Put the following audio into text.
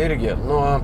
irgi nuo